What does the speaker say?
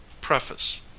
Preface